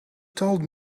told